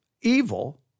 evil